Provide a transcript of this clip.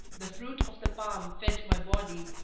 the fruit of the palm fed my body,